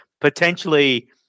Potentially